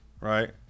right